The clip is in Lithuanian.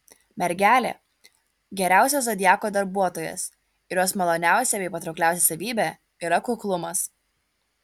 mergelė geriausias zodiako darbuotojas ir jos maloniausia bei patraukliausia savybė yra kuklumas